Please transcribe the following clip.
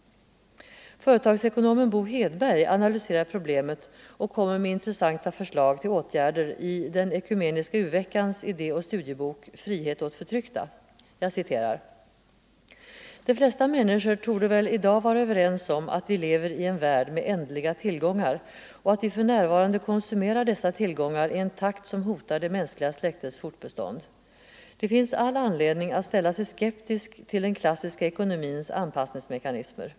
Företagsekonomen Bo Hedberg analyserar problemet och kommer med intressanta förslag till åtgärder i den Ekumeniska u-veckans idé och studiebok Frihet åt förtryckta. Hedberg skriver — citaten är hämtade ur ett utkast till boken: ”De flesta torde väl i dag vara överens om att vi lever i en värld med ändliga tillgångar, och att vi för närvarande konsumerar dessa tillgångar i en takt som hotar det mänskliga släktets fortbestånd. Det finns därför all anledning att ställa sig skeptisk till den klassiska ekonomins anpassningsmekanismer.